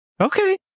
Okay